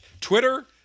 Twitter